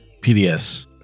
pds